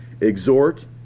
exhort